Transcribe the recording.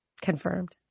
Confirmed